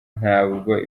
ntabwo